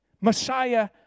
Messiah